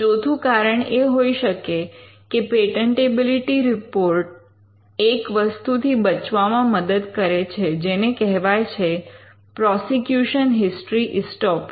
ચોથું કારણ એ હોઈ શકે કે પેટન્ટેબિલિટી રિપોર્ટ એક વસ્તુથી બચવામાં મદદ કરે છે જેને કહેવાય છે પ્રૉસિક્યૂશન હિસ્ટરી ઇસ્ટૉપલ